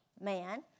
man